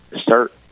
start